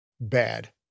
Bad